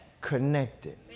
connected